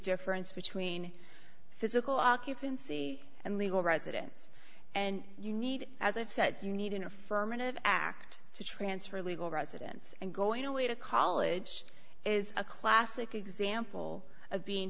difference between physical occupancy and legal residence and you need as i've said you need an affirmative act to transfer legal residence and going away to college is a classic example of being